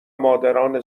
مادران